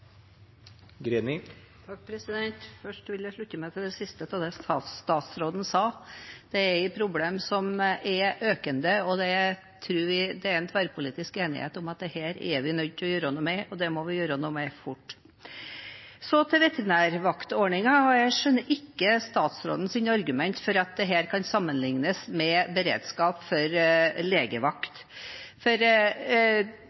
et problem som er økende. Vi tror det er tverrpolitisk enighet om at dette er vi nødt til å gjøre noe med, og vi må gjøre noe med det fort. Så til veterinærvaktordningen: Jeg skjønner ikke statsrådens argument for at dette kan sammenlignes med beredskap for legevakt,